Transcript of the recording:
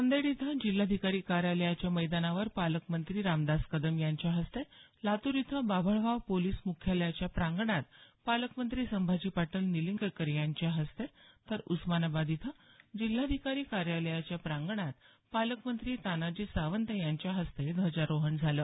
नांदेड इथं जिल्हाधिकारी कार्यालयाच्या मैदानावर पालकमंत्री रामदास कदम यांच्या हस्ते लातूर इथं बाभळगाव पोलीस मुख्यालयाच्या प्रांगणात पालकमंत्री संभाजी पाटील निलंगेकर यांच्या हस्ते तर उस्मानाबाद इथं जिल्हाधिकारी कार्यालयाच्या प्रांगणात पालकमंत्री तानाजी सावंत यांच्या हस्ते ध्वजारोहण झालं